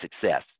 success